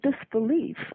disbelief